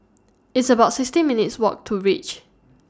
It's about sixteen minutes' Walk to REACH